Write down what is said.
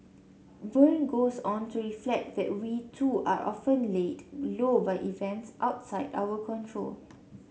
burn goes on to reflect that we too are often laid low by events outside our control